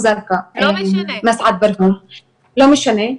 לא משנה,